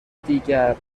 دیگر